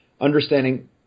understanding